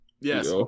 Yes